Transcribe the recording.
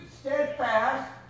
steadfast